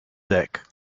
sick